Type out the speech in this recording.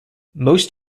most